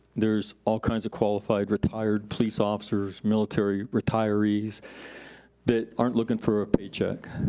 there's all kinds of qualified retired police officers, military retirees that aren't looking for a paycheck.